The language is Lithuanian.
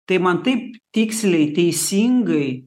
tai man taip tiksliai teisingai